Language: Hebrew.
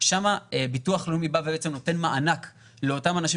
שם הביטוח הלאומי בעצם נותן מענק לאותם אנשים